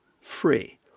free